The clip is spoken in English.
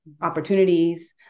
opportunities